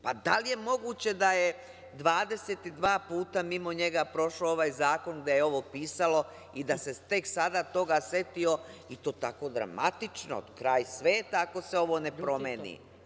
Pa, da li je moguće da je 22 puta mimo njega prošao ovaj zakon gde je ovo pisalo i da se tek sada toga setio i to tako dramatično, kraj sveta ako se ovo ne promeni?